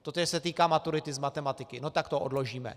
Totéž se týká maturity z matematiky no tak to odložíme.